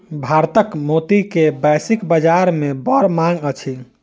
भारतक मोती के वैश्विक बाजार में बड़ मांग अछि